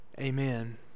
Amen